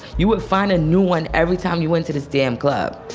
you would find a new one every time you went to this damn club.